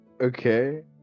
okay